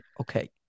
Okay